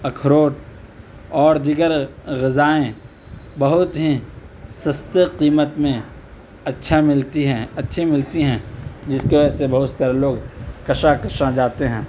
اخروٹ اور دیگر غذائیں بہت ہیں سستے قیمت میں اچّھا ملتی ہیں اچّھی ملتی ہیں جس کے وجہ سے بہت سارے لوگ کشا کشاں جاتے ہیں